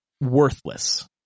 worthless